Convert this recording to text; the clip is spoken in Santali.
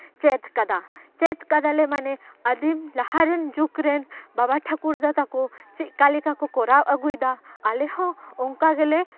ᱪᱮᱫ ᱠᱟᱫᱟ ᱪᱮᱫ ᱠᱟᱫᱟᱞᱮ ᱢᱟᱱᱮ ᱟᱹᱫᱤᱢ ᱞᱟᱦᱟ ᱨᱮᱱ ᱡᱩᱜᱽ ᱨᱮᱱ ᱵᱟᱵᱟ ᱴᱷᱟᱠᱩᱨᱫᱟ ᱛᱟᱠᱚ ᱪᱮᱫᱠᱟ ᱞᱮᱠᱟ ᱠᱚ ᱠᱚᱨᱟᱣ ᱟᱹᱜᱩᱭᱮᱫᱟ ᱟᱞᱮ ᱦᱚᱸ ᱚᱱᱠᱟ ᱜᱮᱞᱮ